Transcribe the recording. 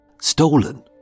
stolen